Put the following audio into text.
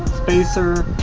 spacer,